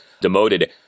demoted